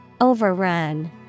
Overrun